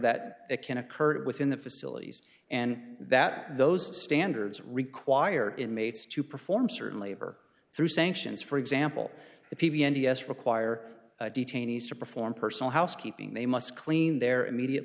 that it can occur within the facilities and that those standards require inmates to perform certainly or through sanctions for example the p b s require detainees to perform personal housekeeping they must clean their immediate